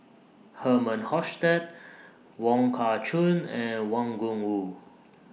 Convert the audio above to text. Herman Hochstadt Wong Kah Chun and Wang Gungwu